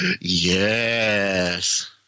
Yes